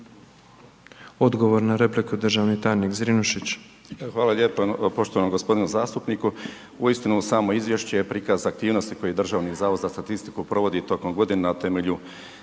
Odgovor na repliku državni tajnik Zrinušić.